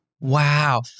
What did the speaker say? Wow